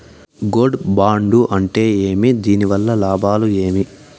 Gold bond అంటే ఏమి? దీని వల్ల లాభాలు ఏమి?